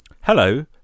Hello